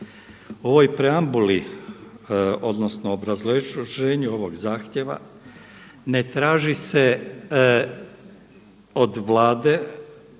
ovoj preambuli, odnosno obrazloženju ovog zahtjeva ne traži se od Vlade